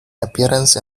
appearance